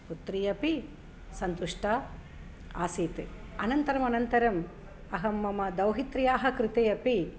पुत्री अपि सन्तुष्टा आसीत् अनन्तरम् अनन्तरम् अहं मम दौहित्र्याः कृते अपि